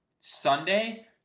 Sunday